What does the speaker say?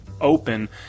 open